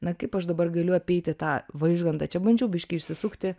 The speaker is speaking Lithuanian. na kaip aš dabar galiu apeiti tą vaižgantą čia bandžiau biški išsisukti